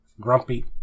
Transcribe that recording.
grumpy